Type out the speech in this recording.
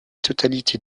totalité